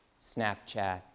Snapchat